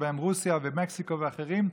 ובהן רוסיה ומקסיקו ואחרות,